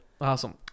Awesome